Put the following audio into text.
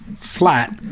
flat